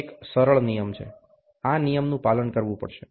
એક સરળ નિયમ આ નિયમનું પાલન કરવું પડશે